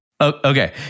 Okay